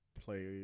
play